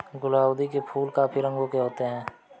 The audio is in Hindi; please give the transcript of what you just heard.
गुलाउदी के फूल काफी रंगों के होते हैं